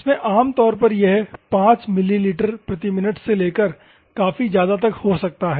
इसमें आम तौर पर यह 5 मिली प्रति मिनट से लेकर काफी ज्यादा तक हो सकता है